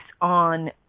on